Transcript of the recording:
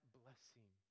blessing